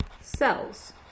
cells